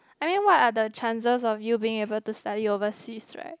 I mean what are chances of you being able study overseas right